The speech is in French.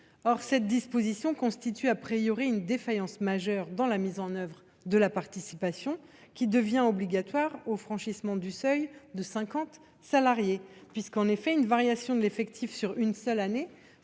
Or cette disposition est constitutive d’une défaillance majeure dans la mise en œuvre de la participation, laquelle devient en principe obligatoire au franchissement du seuil de 50 salariés. En effet, une variation de l’effectif sur une seule année